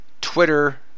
Twitter